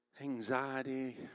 anxiety